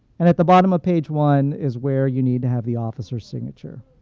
and at the bottom of page one is where you need to have the officer's signature.